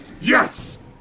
YES